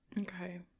Okay